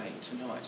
tonight